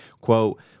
quote